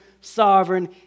sovereign